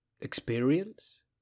experience